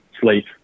sleep